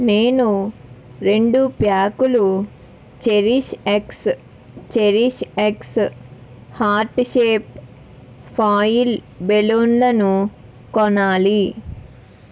నేను రెండు ప్యాకులు cherish X heart shape foil బెలూన్లను కొనాలి